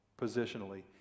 positionally